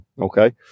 okay